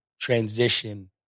transition